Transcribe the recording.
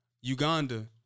Uganda